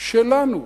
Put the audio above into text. שלנו,